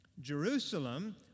Jerusalem